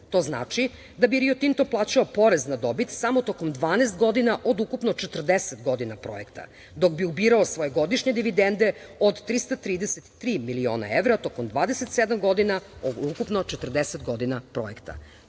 To znači da bi Rio Tinto plaćao porez na dobit samo tokom 12 godina od ukupno 40 godina projekta, dok bi ubirao svoje godišnje dividende od 333 miliona evra tokom 27 godina od ukupno 40 godina projekta. To